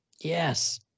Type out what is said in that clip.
Yes